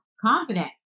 confident